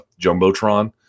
Jumbotron